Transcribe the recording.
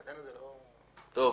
בסדר.